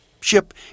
ship